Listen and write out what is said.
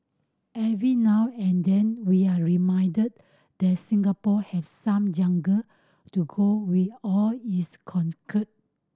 every now and then we're reminded that Singapore have some jungle to go with all its concrete